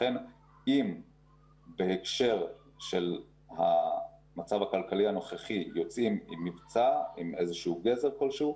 לכן אם בהקשר של המצב הכלכלי הנוכחי יוצאים למבצע עם גזר כלשהו